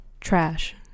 trash